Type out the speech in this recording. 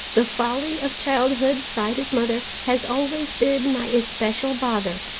the folly of childhood, sighed his mother, has always been my especial bother.